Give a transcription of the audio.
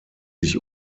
sich